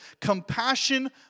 compassion